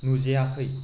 नुजायाखै